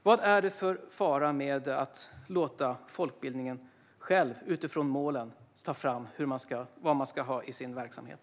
Vad är det för fara med att låta folkbildningen själv, utifrån målen, ta fram vad man ska ha i sin verksamhet?